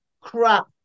crap